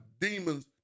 Demons